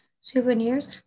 souvenirs